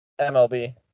MLB